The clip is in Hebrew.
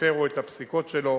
שהפירו את הפסיקות שלו